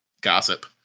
gossip